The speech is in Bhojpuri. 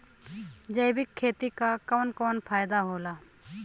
जैविक खेती क कवन कवन फायदा होला?